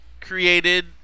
created